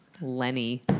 Lenny